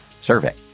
survey